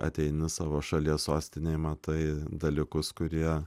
ateini savo šalies sostinėj matai dalykus kurie